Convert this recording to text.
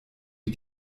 wie